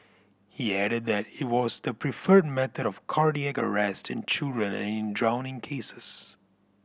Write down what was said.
he added that it was the preferred method of cardiac arrest in children and in drowning cases